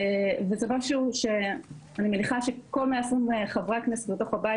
וזה משהו שאני מניחה שכל 120 חברי הכנסת בתוך הבית